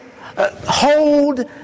hold